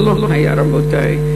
זה לא היה, רבותי.